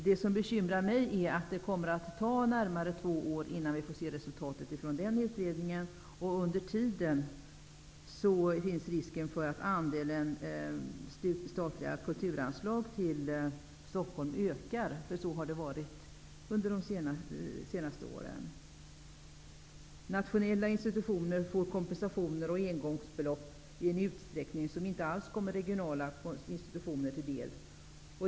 Det som bekymrar mig är att det kommer att ta närmare två år innan vi får se resultatet av utredningen. Under tiden finns risken för att andelen statliga kulturanslag till Stockholm ökar. Så har det varit under de senaste åren. Nationella institutioner får kompensationer och engångsbelopp i en utsträckning som inte alls kommer regionala institutioner till del.